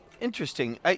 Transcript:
Interesting